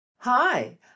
Hi